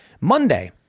Monday